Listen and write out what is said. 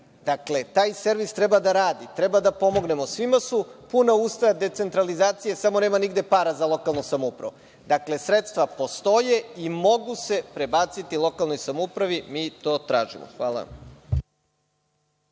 servis. Taj servis treba da radi, treba da pomognemo. Svim su puna usta decentralizacije, samo nema nigde para za lokalnu samoupravu. Sredstva postoje i mogu se prebaciti lokalnoj samoupravi, mi to tražimo. Hvala